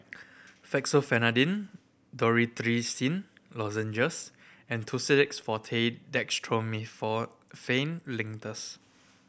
Fexofenadine Dorithricin Lozenges and Tussidex Forte Dextromethorphan Linctus